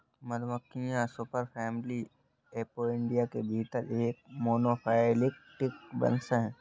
मधुमक्खियां superfamily Apoidea के भीतर एक मोनोफैलेटिक वंश हैं